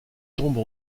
tombes